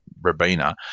Rabina